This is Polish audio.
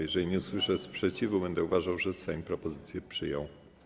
Jeżeli nie usłyszę sprzeciwu, będę uważał, że Sejm propozycję przyjął.